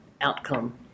outcome